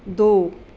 ਦੋ